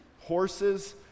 horses